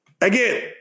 Again